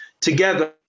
together